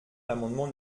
l’amendement